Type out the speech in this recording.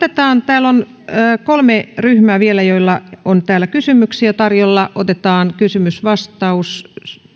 täällä on vielä kolme ryhmää jolla on kysymyksiä tarjolla otetaan kysymys vastaus